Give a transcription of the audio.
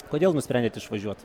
kodėl nusprendėt išvažiuot